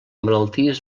malalties